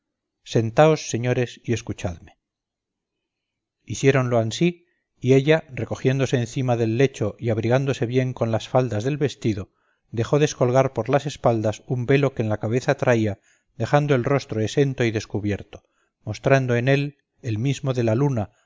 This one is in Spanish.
sentaos señores y escuchadme hiciéronlo ansí y ella recogiéndose encima del lecho y abrigándose bien con las faldas del vestido dejó descolgar por las espaldas un velo que en la cabeza traía dejando el rostro esento y descubierto mostrando en él el mismo de la luna